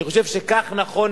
אני חושב שכך נכון